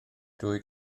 dwy